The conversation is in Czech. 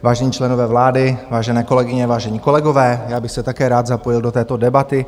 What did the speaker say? Vážení členové vlády, vážené kolegyně, vážení kolegové, já bych se také rád zapojil do této debaty.